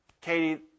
Katie